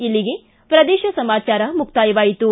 ಇಲ್ಲಿಗೆ ಪ್ರದೇಶ ಸಮಾಚಾರ ಮುಕ್ತಾಯವಾಯಿತು